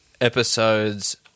episode's